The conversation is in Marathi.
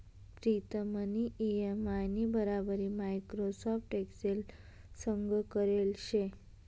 प्रीतमनी इ.एम.आय नी बराबरी माइक्रोसॉफ्ट एक्सेल संग करेल शे